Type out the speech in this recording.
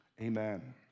Amen